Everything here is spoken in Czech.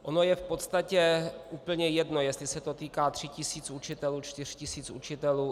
Ono je v podstatě úplně jedno, jestli se to týká tří tisíc učitelů, čtyř tisíc učitelů.